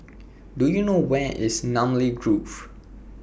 Do YOU know Where IS Namly Grove